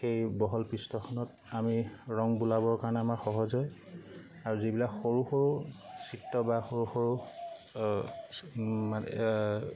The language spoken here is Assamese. সেই বহল পৃষ্ঠখনত আমি ৰং বোলাবৰ কাৰণে আমাৰ সহজ হয় আৰু যিবিলাক সৰু সৰু চিত্ৰ বা সৰু সৰু মানে